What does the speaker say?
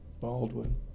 Baldwin